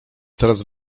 teraz